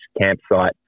Campsite